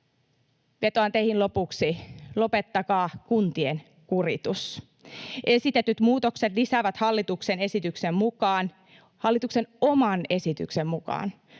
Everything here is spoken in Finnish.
Vetoan teihin lopuksi: lopettakaa kuntien kuritus. Esitetyt muutokset lisäävät hallituksen esityksen mukaan, hallituksen oman esityksen mukaan,